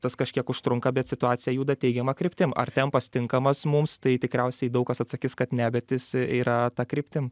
tas kažkiek užtrunka bet situacija juda teigiama kryptim ar tempas tinkamas mums tai tikriausiai daug kas atsakys kad ne bet jis yra ta kryptim